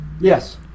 Yes